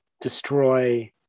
destroy